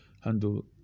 handle